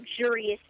luxurious